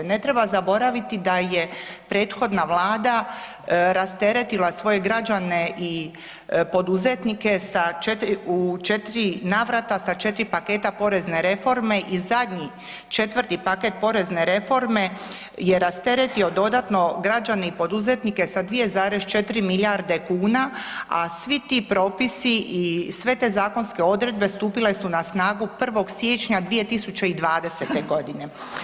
Ne treba zaboraviti da je prethodna Vlada rasteretila svoje građane i poduzetnike u 4 navrata sa 4 paketa porezne reforme i zadnji 4. paket porezne reforme je rasteretio dodatno građane i poduzetnike sa 2,4 milijarde kuna, a svi ti propisi i sve te zakonske odredbe stupile su na snagu 1. siječnja 2020. godine.